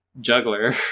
Juggler